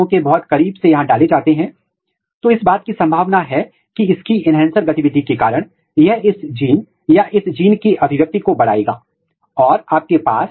तो बड़ी संख्या में जीन ट्रैप लाइन उत्पन्न हुई है और यदि आप इन रेखाओं को देखते हैं तो वे एक अलग अभिव्यक्ति पैटर्न रखते हैं